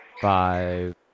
Five